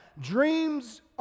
Dreams